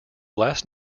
last